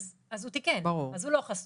אז הוא תיקן, אז הוא לא חשוף.